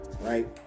right